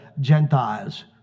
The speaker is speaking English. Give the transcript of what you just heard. Gentiles